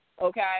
Okay